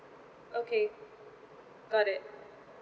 okay got it